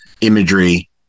imagery